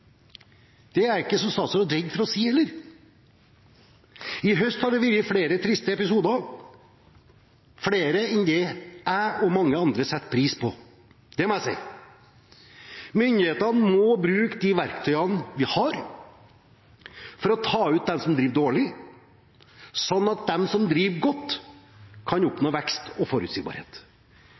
som statsråd ikke redd for å si. I høst har det vært flere triste episoder, flere enn det jeg og mange andre setter pris på – det må jeg si. Myndighetene må bruke de verktøyene vi har for å ta ut dem som driver dårlig, sånn at de som driver godt, kan oppnå vekst og forutsigbarhet.